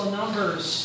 numbers